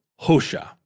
Hosha